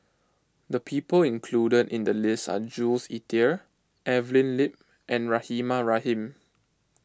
the people included in the list are Jules Itier Evelyn Lip and Rahimah Rahim